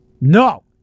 No